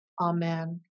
Amen